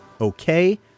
okay